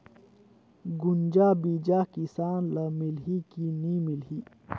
गुनजा बिजा किसान ल मिलही की नी मिलही?